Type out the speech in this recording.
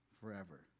forever